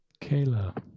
Kayla